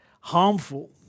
harmful